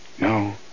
No